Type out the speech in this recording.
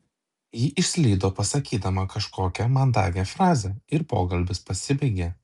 ji išslydo pasakydama kažkokią mandagią frazę ir pokalbis pasibaigė